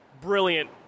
brilliant